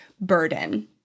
burden